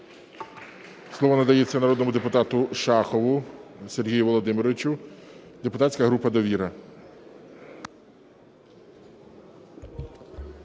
Слово надається народному депутату Шахову Сергію Володимировичу, депутатська група "Довіра".